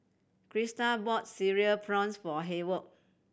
Krystal bought Cereal Prawns for Hayward